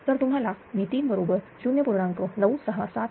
तर तुम्हाला V3 बरोबर 0